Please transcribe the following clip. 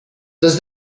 does